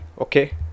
okay